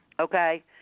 Okay